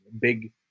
big